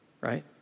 right